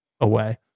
away